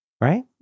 Right